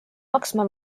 maksma